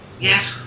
yes